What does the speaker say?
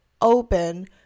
open